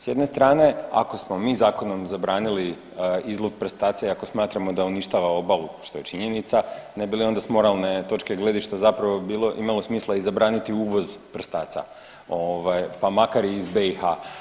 S jedne strane ako smo mi zakonom zabranili izlov prstaca i ako smatramo da uništava obalu što je činjenica, ne bi li onda s moralne točke gledišta zapravo imalo smisla i zabraniti uvoz prstaca, pa makar i iz BiH.